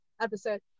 episode